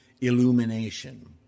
illumination